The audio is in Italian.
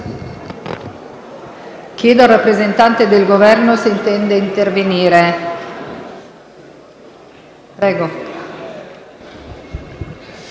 Chiedo al rappresentante del Governo se intende intervenire.